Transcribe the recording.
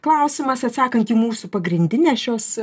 klausimas atsakant į mūsų pagrindinės šios